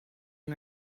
and